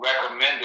recommended